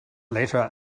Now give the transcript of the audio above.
letter